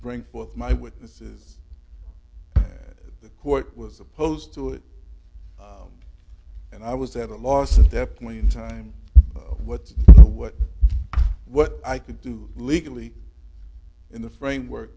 bring forth my witnesses the court was opposed to it and i was at a loss of their point in time what what i could do legally in the framework